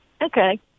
Okay